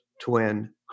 twin